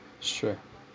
sure